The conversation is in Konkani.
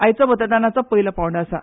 आयचो मतदानाचो पयलो पांवडो आसा